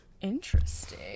interesting